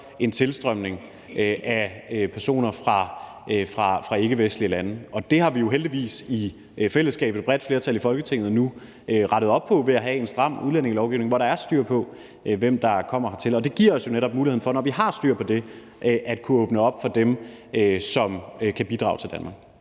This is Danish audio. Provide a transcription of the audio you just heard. en tilstrømning af personer fra ikkevestlige lande. Det har vi jo heldigvis i fællesskab med et bredt flertal i Folketinget nu rettet op på ved at have en stram udlændingelovgivning, hvor der er styr på, hvem der kommer hertil. Og det giver os netop muligheden for, når vi har styr på det, at kunne åbne op for dem, som kan bidrage til Danmark.